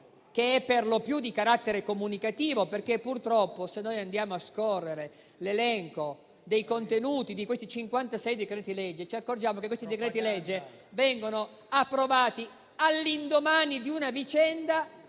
che è per lo più di carattere comunicativo? Purtroppo, infatti, se andiamo a scorrere l'elenco dei contenuti di questi 56 decreti-legge, ci accorgiamo che vengono approvati all'indomani di una vicenda